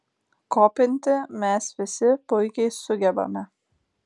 kopinti mes visi puikiai sugebame